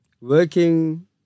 working